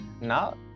Now